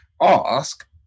ask